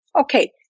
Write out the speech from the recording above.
Okay